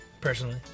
Personally